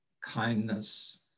kindness